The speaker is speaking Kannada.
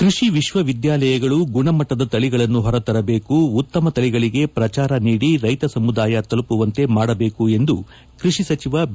ಕೃಷಿ ವಿಶ್ವವಿದ್ಯಾಲಯಗಳು ಗುಣಮಟ್ಟದ ತಳಿಗಳನ್ನು ಹೊರತರಬೇಕು ಉತ್ತಮ ತಳಿಗಳಿಗೆ ಪ್ರಚಾರ ನೀಡಿ ರೈತ ಸಮುದಾಯ ತಲುಪುವಂತೆ ಮಾಡಬೇಕು ಎಂದು ಕೃಷಿ ಸಚಿವ ಬಿ